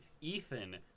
Ethan